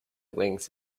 wings